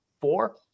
four